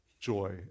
joy